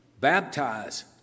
baptize